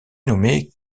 nommé